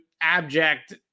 abject